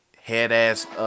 head-ass